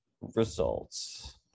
results